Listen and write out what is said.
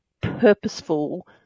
purposeful